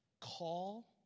call